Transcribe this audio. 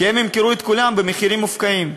כי הם ימכרו את כולם במחירים מופקעים.